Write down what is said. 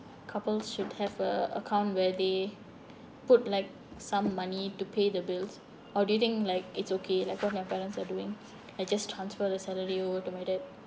couples should have a account where they put like some money to pay the bills or do you think like it's okay like what my parents are doing I just transfer the salary over to my dad